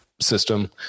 system